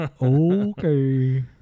Okay